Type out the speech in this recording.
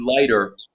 lighter